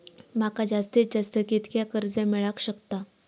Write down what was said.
माका जास्तीत जास्त कितक्या कर्ज मेलाक शकता?